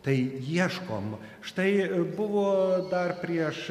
tai ieškom štai buvo dar prieš